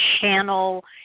channel